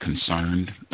Concerned